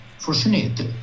fortunate